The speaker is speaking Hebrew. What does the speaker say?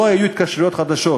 לא היו התקשרויות חדשות.